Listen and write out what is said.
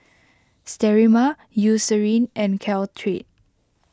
Sterimar Eucerin and Caltrate